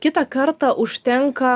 kitą kartą užtenka